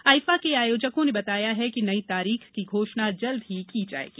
IIFA के आयोजकों ने बताया है कि नई तारीख की घोषणा जल्दी ही की जायेगी